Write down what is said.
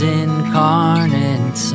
incarnate